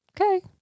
Okay